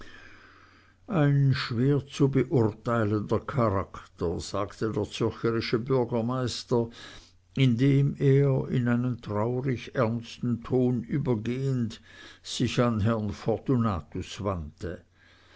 ein schwer zu beurteilender charakter sagte der zürcherische bürgermeister indem er in einen traurig ernsten ton übergehend sich an herrn fortunatus